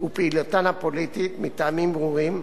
ופעילותן הפוליטית, מטעמים ברורים,